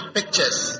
pictures